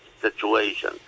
situation